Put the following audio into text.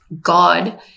God